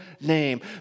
name